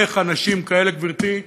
איך אנשים כאלה, גברתי,